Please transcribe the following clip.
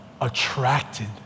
attracted